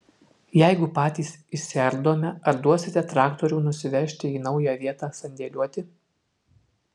jeigu patys išsiardome ar duosite traktorių nusivežti į naują vietą sandėliuoti